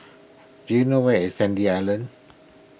do you know where is Sandy Island